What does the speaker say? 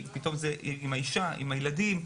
עם האישה עם הילדים,